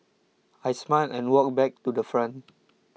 I smiled and walked back to the front